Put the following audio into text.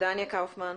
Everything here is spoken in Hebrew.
דניה קאופמן,